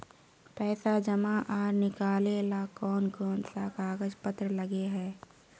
पैसा जमा आर निकाले ला कोन कोन सा कागज पत्र लगे है?